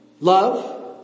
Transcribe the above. Love